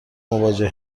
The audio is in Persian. مواجه